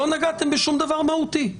לא נגעתם בשום דבר מהותי.